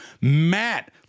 matt